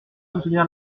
soutenir